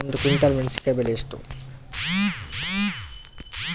ಒಂದು ಕ್ವಿಂಟಾಲ್ ಮೆಣಸಿನಕಾಯಿ ಬೆಲೆ ಎಷ್ಟು?